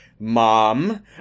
mom